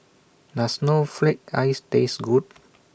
Does Snowflake Ice Taste Good